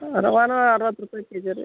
ಹಾಂ ರವೆನೂ ಅರ್ವತ್ತು ರೂಪಾಯಿ ಕೆಜಿ ರೀ